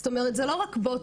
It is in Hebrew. זאת אומרת זה לא רק בוטום-אפ,